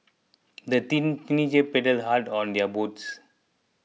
the teen teenagers paddled hard on their boats